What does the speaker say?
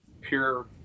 pure